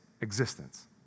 existence